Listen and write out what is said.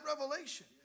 revelation